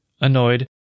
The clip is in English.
Annoyed